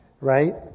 right